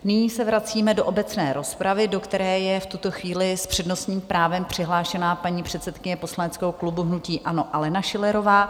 Nyní se vracíme do obecné rozpravy, do které je v tuto chvíli s přednostním právem přihlášena paní předsedkyně poslaneckého klubu hnutí ANO Alena Schillerová.